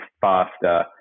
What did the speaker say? faster